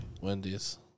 Wendy's